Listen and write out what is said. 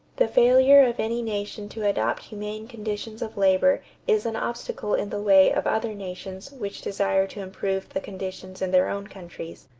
the failure of any nation to adopt humane conditions of labor is an obstacle in the way of other nations which desire to improve the conditions in their own countries.